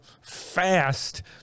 Fast